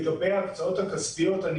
לגבי ההקצאות הכספיות,